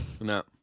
No